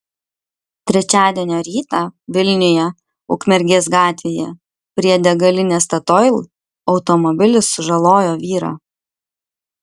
trečiadienio rytą vilniuje ukmergės gatvėje prie degalinės statoil automobilis sužalojo vyrą